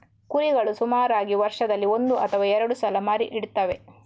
ಕುರಿಗಳು ಸುಮಾರಾಗಿ ವರ್ಷದಲ್ಲಿ ಒಂದು ಅಥವಾ ಎರಡು ಸಲ ಮರಿ ಇಡ್ತವೆ